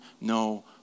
no